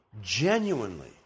genuinely